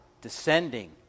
descending